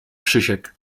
krzysiek